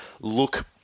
look